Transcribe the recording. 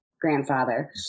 grandfather